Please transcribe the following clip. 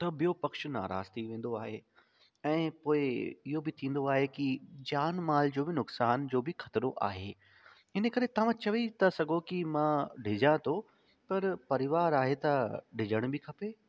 त ॿियों पक्ष नाराज़ु थीं वेंदो आहे ऐं पोइ इहो बि थींदो आहे की जान माल जो बि नुक़सान जो बि ख़तरो आहे इनकरे तव्हां चई था सघो की मां डिॼा थो पर परिवार आहे त डिॼण बि खपे